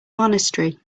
monastery